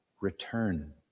Return